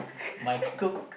my cook